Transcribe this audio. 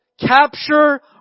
Capture